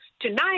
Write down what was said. tonight